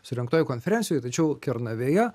surengtoj konferencijoj tačiau kernavėje